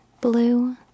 blue